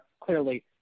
clearly